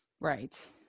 Right